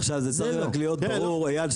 עכשיו זה צריך רק להיות ברור אייל,